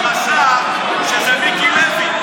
כי הוא חשב שזה מיקי לוי.